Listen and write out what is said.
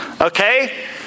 okay